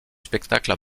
spectacles